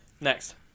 Next